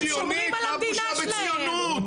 הם שומרים על המדינה שלהם.